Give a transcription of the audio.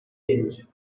tinge